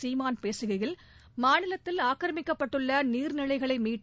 சீமான் பேககையில் மாநிலத்தில் ஆக்கிரமிக்கப்பட்டுள்ள நீர்நிலைகளை மீட்டு